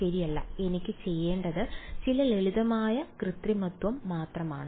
ശരിയല്ല എനിക്ക് ചെയ്യേണ്ടത് ചില ലളിതമായ കൃത്രിമത്വം മാത്രമാണ്